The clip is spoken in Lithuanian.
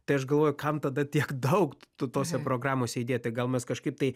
tai aš galvoju kam tada tiek daug tose programose įdėti gal mes kažkaip tai